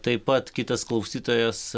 taip pat kitas klausytojas